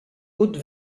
haute